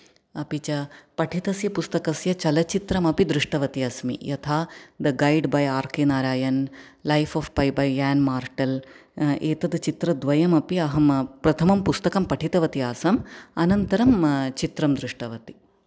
अपि च पठितस्य पुस्तकस्य चलचित्रमपि दृष्टवती अस्मि यथा the guide by R K Narayan life of Pi by Yann Martel एतत् चित्रं द्वयं अपि अहं प्रथमं पुस्तकम् पठितवति आसम् अनन्तरं चित्रं दृष्टवति